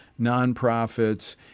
nonprofits